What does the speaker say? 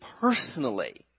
personally